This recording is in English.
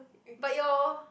but your